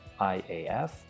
IAF